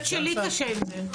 הפנים): למען האמת לי קשה עם זה.